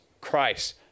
Christ